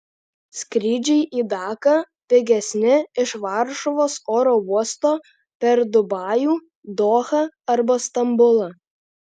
skrydžiai į daką pigesni iš varšuvos oro uosto per dubajų dohą arba stambulą